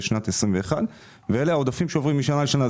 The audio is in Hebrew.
שנת 2021 ואלה העודפים שעוברים משנה לשנה.